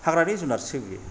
हाग्रानि जुनारसो बियो